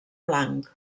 blanc